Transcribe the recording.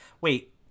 Wait